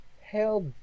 hell